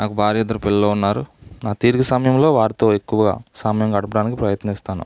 నాకు భార్య ఇద్దరు పిల్లలు ఉన్నారు నా తీరిక సమయంలో వారితో ఎక్కువ సమయం గడపడానికి ప్రయత్నిస్తాను